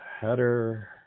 header